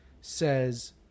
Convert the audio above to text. says